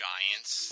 Giants